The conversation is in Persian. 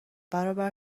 برابر